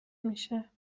میشه